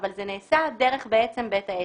אבל זה נעשה דרך בית העסק,